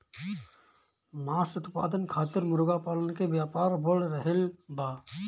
मांस उत्पादन खातिर मुर्गा पालन के व्यापार बढ़ रहल बा